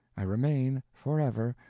i remain, forever,